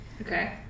Okay